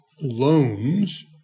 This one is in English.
loans